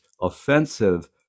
offensive